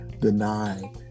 deny